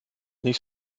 nicht